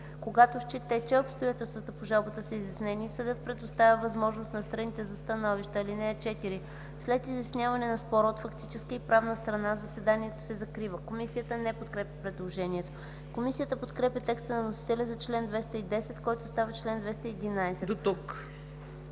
Когато счете, че обстоятелствата по жалбата са изяснени, съдът предоставя възможност на страните за становища. (4) След изясняване на спора от фактическа и правна страна заседанието се закрива.” Комисията не подкрепя предложението. Комисията подкрепя текста на вносителя за чл. 210, който става чл. 211.